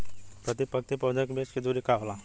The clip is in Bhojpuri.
प्रति पंक्ति पौधे के बीच के दुरी का होला?